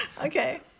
Okay